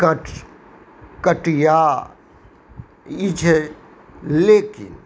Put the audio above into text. कट कटिया ई छै लेकिन